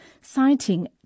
citing